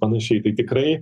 panašiai tai tikrai